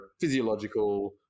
physiological